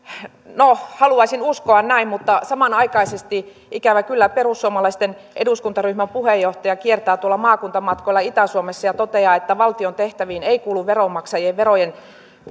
no haluaisin uskoa näin mutta samanaikaisesti ikävä kyllä perussuomalaisten eduskuntaryhmän puheenjohtaja kiertää tuolla maakuntamatkoilla itä suomessa ja toteaa että valtion tehtäviin ei kuulu veronmaksajien varojen